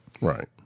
right